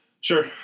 Sure